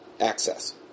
access